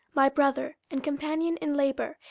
my brother, and companion in labour,